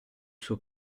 suo